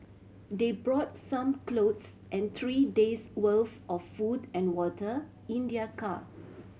they brought some clothes and three days' worth of food and water in their car